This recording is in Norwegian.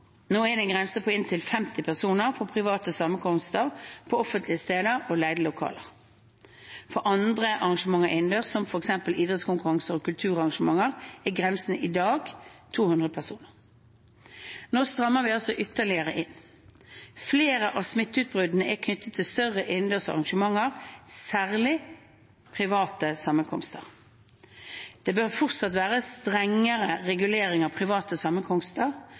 Nå er det en grense på inntil 50 personer for private sammenkomster på offentlige steder og i leide lokaler. For andre arrangementer innendørs, som f.eks. idrettskonkurranser og kulturarrangementer, er grensen i dag 200 personer. Nå strammer vi altså ytterligere inn. Flere av smitteutbruddene er knyttet til større innendørs arrangementer, særlig private sammenkomster. Det bør fortsatt være strengere regulering av private